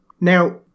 Now